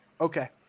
Okay